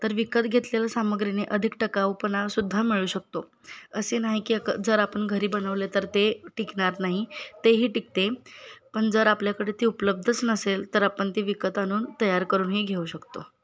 तर विकत घेतलेल्या सामग्रीने अधिक टक्का उत्पनसुद्धा मिळू शकतो असे नाही की अक जर आपण घरी बनवले तर ते टिकणार नाही तेही टिकते पण जर आपल्याकडे ती उपलब्धच नसेल तर आपण ती विकत आणून तयार करूनही घेऊ शकतो